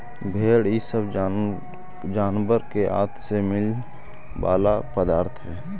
भेंड़ इ सब जानवर के आँत से मिला वाला पदार्थ हई